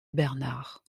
bernard